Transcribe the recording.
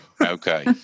Okay